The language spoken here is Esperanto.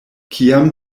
kiam